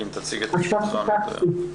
שלום לכולם.